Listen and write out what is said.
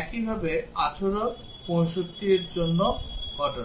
একইভাবে 18 65 এবং এর জন্য ঘটনা